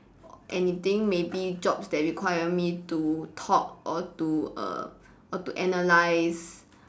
anything maybe jobs that require me to talk or to err or to analyse